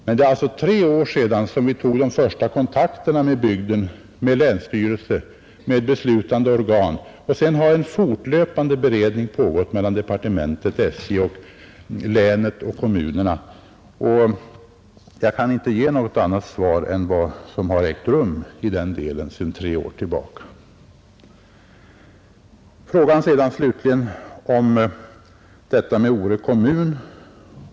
Men det är alltså tre år sedan vi tog de första kontakterna med bygden — med länsstyrelsen, med beslutande organ — och sedan har det varit en fortlöpande beredning mellan departementet, SJ, länet och kommunerna. Jag kan inte ge något annat svar än denna redovisning av vad som ägt rum.